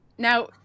Now